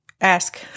ask